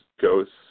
ghosts